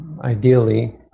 ideally